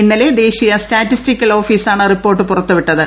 ഇന്നലെ ദേശീയ സ്റ്റാറ്റിസ്റ്റിക്കൽ ഓഫീസാണ് റിപ്പോർട്ട് പുറത്തുവിട്ടത്